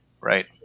right